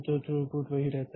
तो थ्रूपुट वही रहता है